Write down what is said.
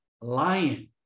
lion